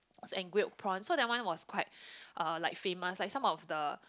was and grill prawn that one was quite uh like famous like some of the